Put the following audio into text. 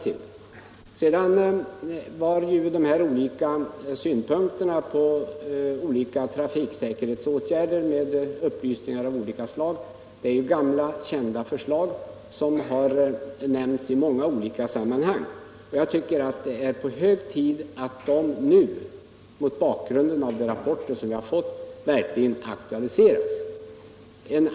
Men statsrådets synpunkter på olika trafiksäkerhetsåtgärder och hans upplysningar av skilda slag är ju gamla och väl kända förslag, som har framförts i många olika sammanhang. Och mot bakgrund av den rapport som vi fått tycker jag att det nu är hög tid att verkligen aktualisera de förslagen.